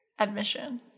admission